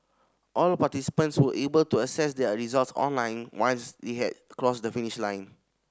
all participants were able to access their results online once they had crossed the finish line